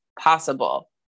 possible